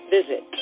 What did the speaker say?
Visit